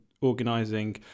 organising